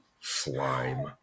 slime